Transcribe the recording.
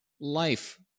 life